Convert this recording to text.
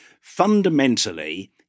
Fundamentally